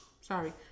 sorry